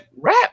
rap